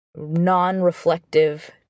non-reflective